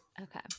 okay